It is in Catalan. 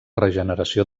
regeneració